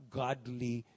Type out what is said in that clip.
godly